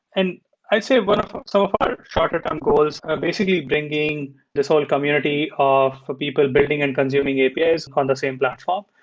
and i'd say but some of our shorter time goals are basically bringing this whole community of people building and consuming apis on the same platform.